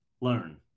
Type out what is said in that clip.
learn